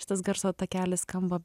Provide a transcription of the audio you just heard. šitas garso takelis skamba